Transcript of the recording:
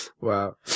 Wow